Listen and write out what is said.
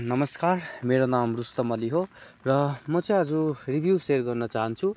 नमस्कार मेरो नाम रूस्तम अली हो र म चाहिँ आज रिभ्यू सेयर गर्न चाहन्छु